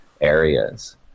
areas